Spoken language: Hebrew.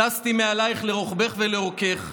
טסתי מעלייך לרוחבך ולאורכך.